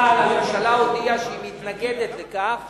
אבל הממשלה הודיעה שהיא מתנגדת לכך